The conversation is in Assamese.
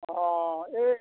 অঁ এই